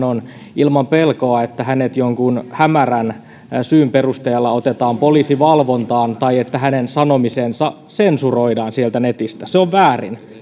on ilman pelkoa että hänet jonkun hämärän syyn perusteella otetaan poliisivalvontaan tai että hänen sanomisensa sensuroidaan sieltä netistä se on väärin